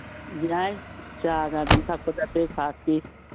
ꯌꯥꯏ ꯆꯥꯒ ꯑꯗꯨꯝ ꯊꯛꯄꯗ ꯕ꯭ꯔꯦꯛꯐꯥꯁꯀꯤ